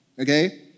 okay